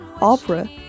opera